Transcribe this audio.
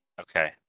okay